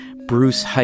Bruce